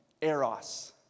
Eros